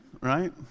right